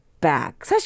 back